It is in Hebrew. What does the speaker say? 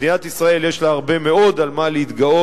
מדינת ישראל יש לה הרבה מאוד במה להתגאות,